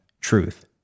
truth